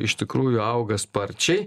iš tikrųjų auga sparčiai